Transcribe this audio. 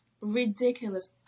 Ridiculous